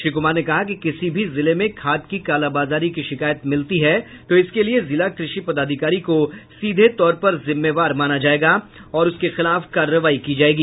श्री कुमार ने कहा कि किसी भी जिले में खाद की कालाबाजारी की शिकायत मिलती है तो इसके लिये जिला कृषि पदाधिकारी को सीधे तौर पर जिम्मेवार माना जायेगा और उसके खिलाफ कार्रवाई की जायेगी